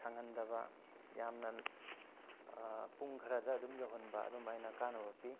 ꯁꯥꯡꯍꯟꯗꯕ ꯌꯥꯝꯅ ꯄꯨꯡ ꯈꯔꯗ ꯑꯗꯨꯝ ꯌꯧꯍꯟꯕ ꯑꯗꯨꯃꯥꯏꯅ ꯀꯥꯟꯅꯕ ꯄꯤ